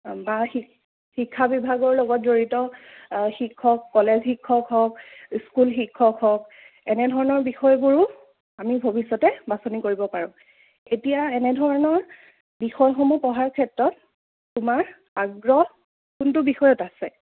বা শি শিক্ষা বিভাগৰ লগত জড়িত শিক্ষক কলেজ শিক্ষক হওক স্কুল শিক্ষক হওক এনেধৰণৰ বিষয়বোৰো আমি ভৱিষ্যতে বাছনি কৰিব পাৰোঁ এতিয়া এনেধৰণৰ বিষয়সমূহ পঢ়াৰ ক্ষেত্ৰত তোমাৰ আগ্ৰহ কোনটো বিষয়ত আছে